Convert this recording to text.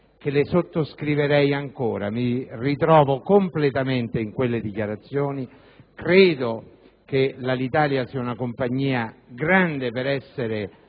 che le sottoscriverei ancora. Mi ritrovo completamente in quelle dichiarazioni, credo che Alitalia sia una compagnia grande perché